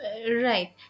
Right